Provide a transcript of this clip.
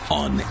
on